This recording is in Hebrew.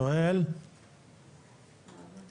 אצלנו בשבוע שעבר ראש מועצת קרית יערים.